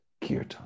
Kirtan